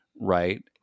right